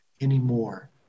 anymore